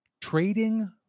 trading